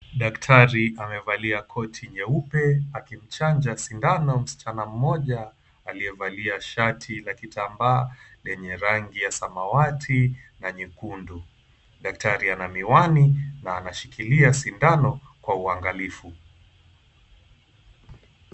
Daktari amevalia koti nyeupe akimchanja sindano msichana mmoja aliyevalia shati la kitambaa lenye rangi ya samawati na nyekundu. Daktari ana miwani na anashikilia sindano kwa uangalifu.